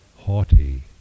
haughty